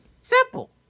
Simple